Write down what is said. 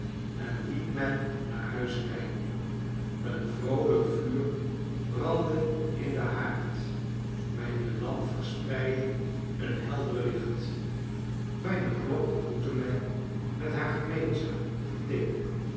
en liet mij naar huis rijden een vroolijk vuur brandde in den haard mijne lamp verspreidde een helder licht mijne klok begroette mij met haar gemeenzaam getik